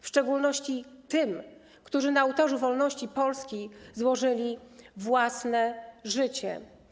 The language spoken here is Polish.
W szczególności tym, którzy na ołtarzu wolności Polski złożyli własne życie.